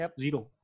zero